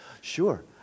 sure